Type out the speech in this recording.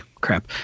crap